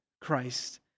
Christ